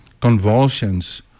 convulsions